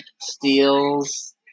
Steals